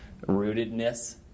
rootedness